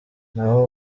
naho